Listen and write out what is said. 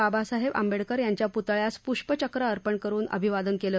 बाबासाहेब आंबेडकर यांच्या पुतळ्यास पुष्पचक्र अर्पण करुन अभिवादन केलं